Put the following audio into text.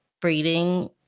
breeding